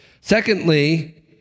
Secondly